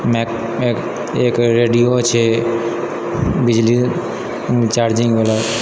एक रेडियो छै बिजली चार्जिंगवला